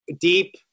deep